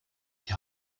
die